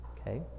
Okay